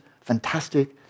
fantastic